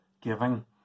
giving